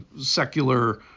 secular